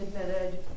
admitted